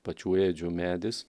pačių ėdžių medis